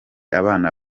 abana